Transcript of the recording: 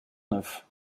neuf